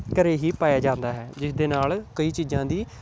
ਘਰ ਹੀ ਪਾਇਆ ਜਾਂਦਾ ਹੈ ਜਿਸ ਦੇ ਨਾਲ਼ ਕਈ ਚੀਜ਼ਾਂ ਦੀ